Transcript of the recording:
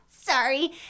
sorry